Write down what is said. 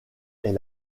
est